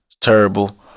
terrible